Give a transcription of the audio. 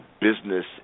business